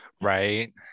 right